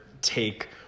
take